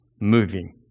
moving